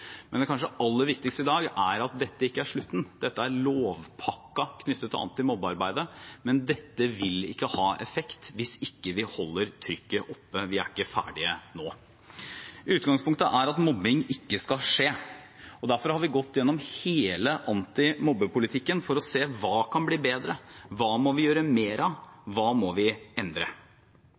Men det kanskje aller viktigste i dag er at dette ikke er slutten. Dette er lovpakken knyttet til antimobbearbeidet, men det vil ikke ha effekt hvis vi ikke holder trykket oppe. Vi er ikke ferdige nå. Utgangspunktet er at mobbing ikke skal skje. Derfor har vi gått gjennom hele antimobbepolitikken for å se på: Hva kan bli bedre, hva må vi gjøre mer av, hva må vi endre?